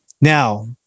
now